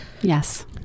Yes